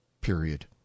period